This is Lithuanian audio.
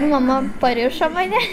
mama parišo mane